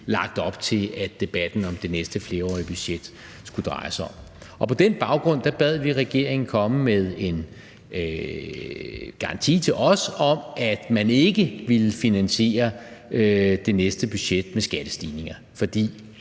lagt op til at debatten om det næste flerårige budget skulle dreje sig om. Og på den baggrund bad vi regeringen komme med en garanti til os om, at man ikke ville finansiere det næste budget med skattestigninger,